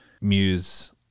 muse